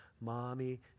Mommy